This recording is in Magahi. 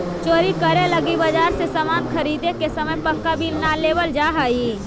चोरी करे लगी बाजार से सामान ख़रीदे के समय पक्का बिल न लेवल जाऽ हई